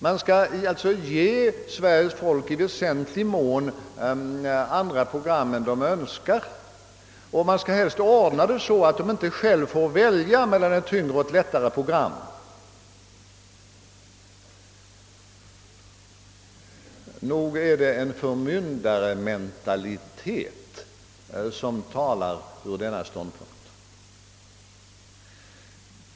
Människorna i Sverige skall alltså i väsentlig mån få andra program än de önskar, och de skall helst inte själva få välja mellan ett tyngre och ett lättare program. Nog är det en förmyndarmentalitet som talar ur den ståndpunkten!